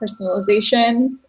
personalization